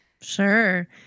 Sure